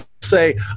say